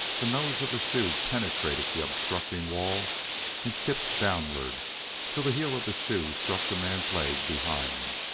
the nose of the shoe penetrated the obstructing wall and tipped downward till the heel of the shoe struck the man's leg behind.